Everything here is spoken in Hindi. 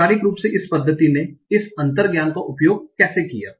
औपचारिक रूप से इस पद्धति ने इस अंतर्ज्ञान का उपयोग कैसे किया